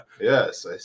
Yes